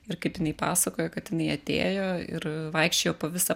ir kaip jinai pasakojo kad jinai atėjo ir vaikščiojo po visą